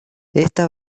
esta